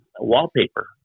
Wallpaper